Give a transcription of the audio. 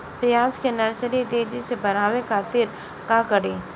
प्याज के नर्सरी तेजी से बढ़ावे के खातिर का करी?